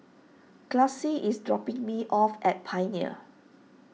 Classie is dropping me off at Pioneer